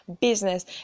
business